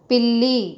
పిల్లి